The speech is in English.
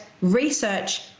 research